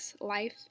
life